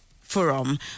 Forum